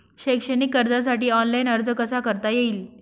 शैक्षणिक कर्जासाठी ऑनलाईन अर्ज कसा करता येईल?